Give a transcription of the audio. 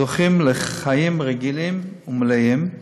זוכים לחיים רגילים ומלאים,